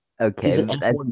Okay